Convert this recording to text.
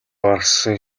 гаргасан